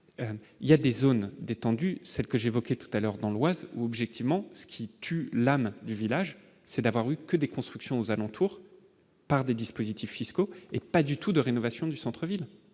il y a des zones détendues, celle que j'évoquais tout à l'heure dans l'Oise où objectivement ce qui tue la âne du village, c'est d'avoir eu que des constructions aux alentours, par des dispositifs fiscaux et pas du tout de rénovation du centre ville,